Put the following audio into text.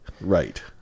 right